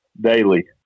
Daily